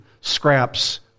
scraps